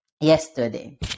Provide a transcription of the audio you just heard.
yesterday